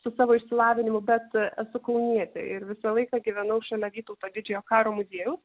su savo išsilavinimu bet esu kaunietė ir visą laiką gyvenau šalia vytauto didžiojo karo muziejaus